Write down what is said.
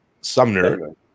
Sumner